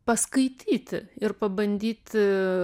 paskaityti ir pabandyti